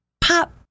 pop